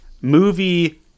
movie